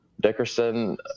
dickerson